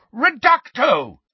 Reducto